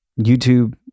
YouTube